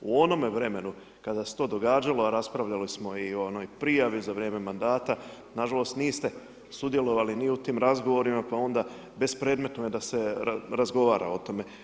U onome vremenu kada se to događalo, a raspravljali smo i onoj prijavi za vrijeme mandata, nažalost, niste sudjelovali ni u tim razgovorima, pa onda, bespredmetno je da se razgovara o tome.